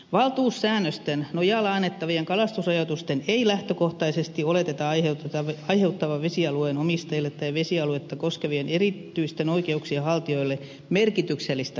valtuussäännösten nojalla annettavien kalastusrajoitusten ei lähtökohtaisesti oleteta aiheuttavan vesialueen omistajille tai vesialuetta koskevien erityisten oikeuksien haltijoille merkityksellistä haittaa